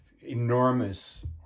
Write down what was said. enormous